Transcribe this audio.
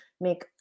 make